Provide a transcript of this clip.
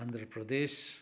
Andhra Pradesh